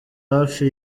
hafi